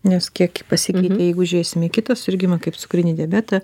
nes kiek jau pasikeitė jeigu žiūrėsime į kitą susirgimą kaip cukrinį diabetą